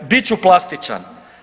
Bit ću plastičan.